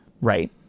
right